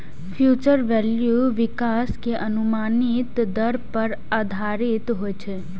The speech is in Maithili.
फ्यूचर वैल्यू विकास के अनुमानित दर पर आधारित होइ छै